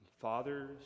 Fathers